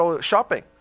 Shopping